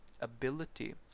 ability